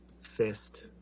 fist